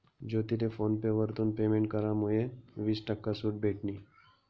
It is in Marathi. ज्योतीले फोन पे वरथून पेमेंट करामुये वीस टक्का सूट भेटनी